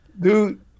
Dude